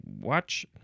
watch